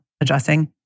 addressing